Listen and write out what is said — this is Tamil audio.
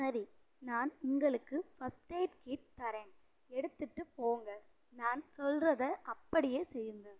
சரி நான் உங்களுக்கு ஃபஸ்ட் எய்ட் கிட் தரேன் எடுத்துகிட்டு போங்க நான் சொல்கிறத அப்படியே செய்யுங்கள்